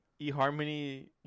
eHarmony